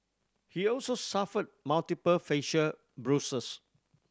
he also suffered multiple facial bruises